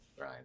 right